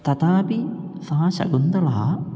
तथापि सा शकुन्तला